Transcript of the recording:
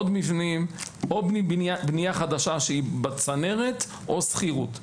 עוד מבנים ועוד בנייה חדשה שבצנרת או בשכירות.